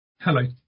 Hello